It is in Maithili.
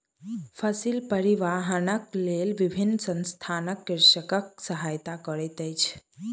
फसिल परिवाहनक लेल विभिन्न संसथान कृषकक सहायता करैत अछि